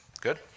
Good